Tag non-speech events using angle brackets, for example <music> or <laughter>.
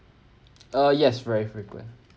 <noise> uh yes very frequent